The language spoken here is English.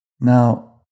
Now